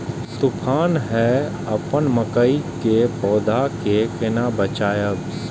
तुफान है अपन मकई के पौधा के केना बचायब?